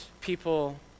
people